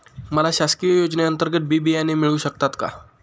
मला शासकीय योजने अंतर्गत बी बियाणे मिळू शकतात का?